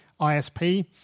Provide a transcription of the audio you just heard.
ISP